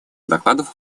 докладов